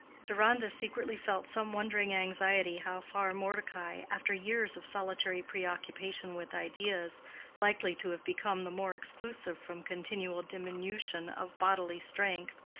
deronda secretly felt some wondering anxiety how far mordecai, after years of solitary preoccupation with ideas likely to have become the more exclusive from continual diminution of bodily strength,